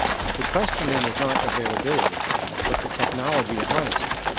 the questioning and is not availability but the technology to harnesst it.